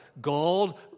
gold